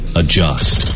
adjust